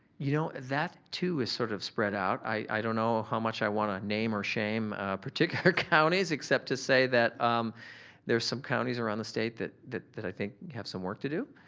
you know that too is sort of spread out. i don't know how much i wanna name or shame particular counties except to say that there's some counties around the state that that i think have some work to do.